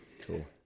Cool